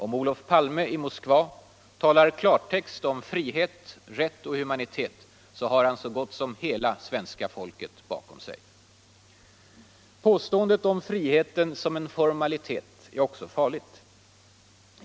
Om Olof Palme i Moskva talar klartext om frihet, rätt och humanitet, har han så gott som hela svenska folket bakom sig. Påståendet om friheten som en formalitet är också farligt.